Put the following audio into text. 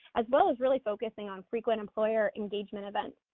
as well as really focusing on frequent employer engagement events,